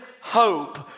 hope